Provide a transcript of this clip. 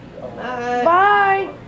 Bye